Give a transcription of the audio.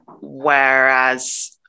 whereas